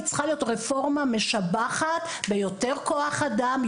היא צריכה להיות רפורמה משבחת ביותר כוח אדם,